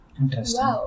Interesting